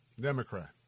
Democrat